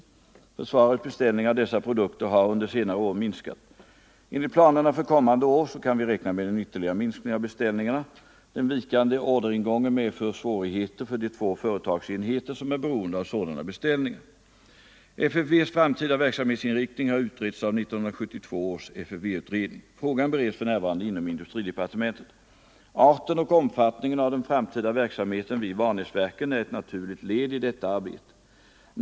För svarets beställningar av dessa produkter har under senare år minskat. Om fortsatt stöd åt Enligt planerna för kommande år kan vi räkna med en ytterligare minsk = den industriella ning av beställningarna. Den vikande orderingången medför svårigheter = utvecklingen i för de två företagsenheter som är beroende av sådana beställningar. Karlsborg FFV:s framtida verksamhetsinriktning har utretts av 1972 års FFV utredning. Frågan bereds för närvarande inom industridepartementet. Ar är ett naturligt led i detta arbete.